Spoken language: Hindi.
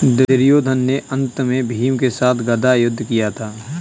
दुर्योधन ने अन्त में भीम के साथ गदा युद्ध किया था